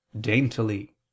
daintily